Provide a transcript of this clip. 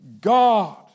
God